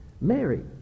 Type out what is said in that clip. Mary